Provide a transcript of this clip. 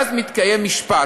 ואז מתקיים משפט.